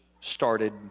started